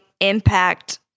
impact